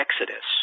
Exodus